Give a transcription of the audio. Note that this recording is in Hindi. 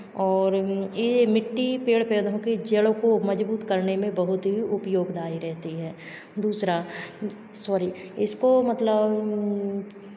और ये मिट्टी पेड़ पेधों के जड़ों को मजबूत करने में बहुत ही उपयोगदाई रहती है दूसरा सॉरी इसको मतलब